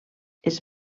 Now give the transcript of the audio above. els